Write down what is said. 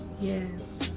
Yes